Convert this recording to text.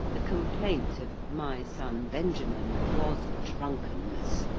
the complaint of my son benjamin was drunkenness,